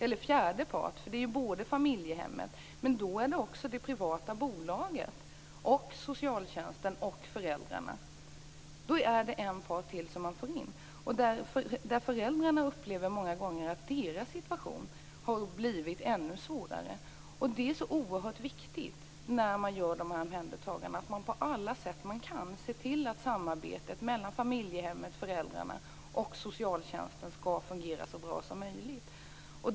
Det är förutom familjehemmet också det privata bolaget, socialtjänsten och föräldrarna. Det är en part till som man för in, och föräldrarna upplever många gånger att deras situation har blivit ännu svårare. Det är så oerhört viktigt när man gör de här omhändertagandena att man på alla sätt man kan ser till att samarbetet mellan familjehemmet, föräldrarna och socialtjänsten fungerar så bra som möjligt.